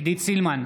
עידית סילמן,